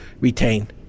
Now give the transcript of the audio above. retain